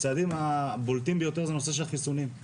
הצעדים הבולטים ביותר הם בנושא של החיסונים.